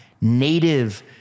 native